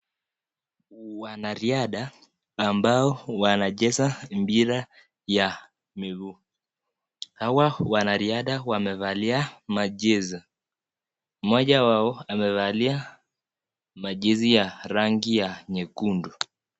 Wanariadha ambao wanacheza mpira ya miguu. Hawa wanariadha wamevalia majezi, mmoja wao amevalia majezi ya rangi ya nyekundu.